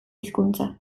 hizkuntza